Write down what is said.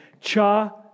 Cha